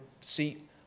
seat